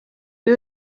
you